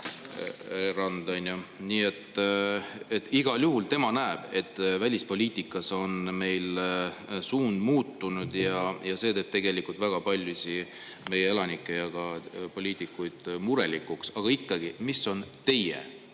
Nii et igal juhul tema näeb, et välispoliitikas on meil suund muutunud. See teeb tegelikult väga paljusid meie elanikke ja ka poliitikuid murelikuks. Aga ikkagi, mis on